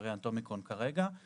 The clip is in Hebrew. בווריאנט אומיקרון כרגע,